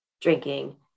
drinking